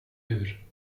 hur